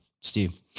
Steve